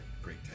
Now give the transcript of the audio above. great